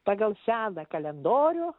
pagal seną kalendorių